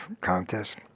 contest